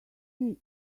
see